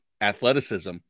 athleticism